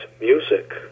music